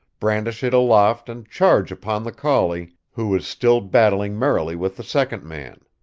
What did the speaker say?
brandish it aloft and charge upon the collie, who was still battling merrily with the second man.